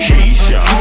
Keisha